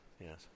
yes